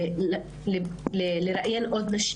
הוא נמצא בכל מקום שתלכו ותראו.